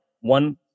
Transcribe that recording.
one